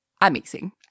amazing